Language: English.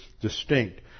distinct